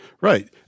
Right